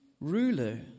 ruler